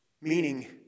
Meaning